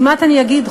כמעט אני אגיד,